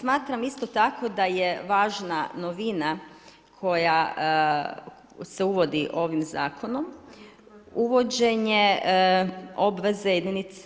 Smatram isto tako da je važna novina koja se uvodi ovim zakonom, uvođenje